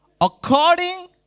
According